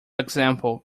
example